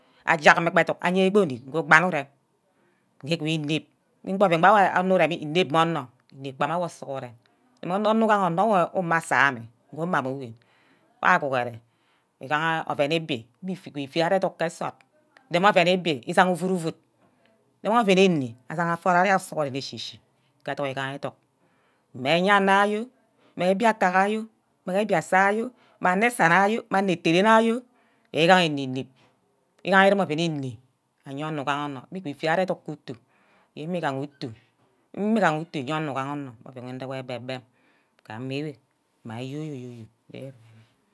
Ajack mme gba edunk, ayeme bor or nick nge gbangu urem ke eduk wi inep, wun gbe oven wor onor ureme unep mme onor mgba mme awor sughuren, onor- nor ugaha nne umah asame, ugumah mme owun agguhure igaha oven igbi ifu ari edunk ke nsort ndem oven igbi usangha ovud-ovud, ndem ovune uni asangha aforo ari sughuren eshi-shi ke edunk igaha edunk mme eyerwor yoi, mme mbiaka ayoo, mmege mbaisa ayoi, mme onor esara, mme anor eteren ayoi, igaha enep-nep, agaha irem oven ene iye onor ugaha onor ufu ufiat ari edunk ku utu, yen mmigar ha utu, mme igaha utu iye onor, ugaha onor mme oven nduwor ke egbe-bem gameh ewe ke yo-yo-yo-yo.